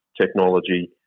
technology